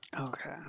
Okay